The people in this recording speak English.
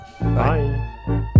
Bye